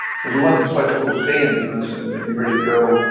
because we want these flight schools to stay in business and be ready to go.